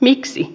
miksi